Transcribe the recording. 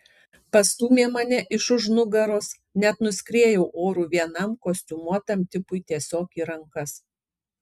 pastūmė mane iš už nugaros net nuskriejau oru vienam kostiumuotam tipui tiesiog į rankas